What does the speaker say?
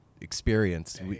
experience